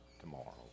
tomorrow